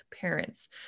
parents